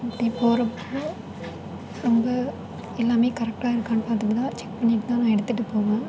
அப்படி போகிறப்போ ரொம்ப எல்லாமே கரெக்டாக இருக்கான்னு பார்த்துட்டு தான் செக் பண்ணிட்டு தான் நான் எடுத்துட்டு போவேன்